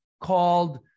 called